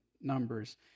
numbers